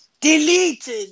deleted